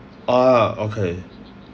ah okay